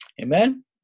Amen